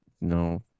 No